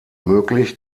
möglich